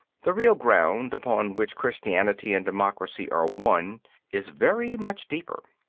the real ground upon which christianity and democracy are one is very much deeper.